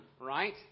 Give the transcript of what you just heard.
right